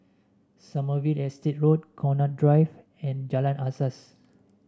Sommerville Estate Road Connaught Drive and Jalan Asas